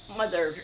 mother